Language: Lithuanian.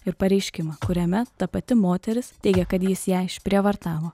ir pareiškimą kuriame ta pati moteris teigia kad jis ją išprievartavo